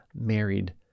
married